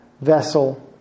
vessel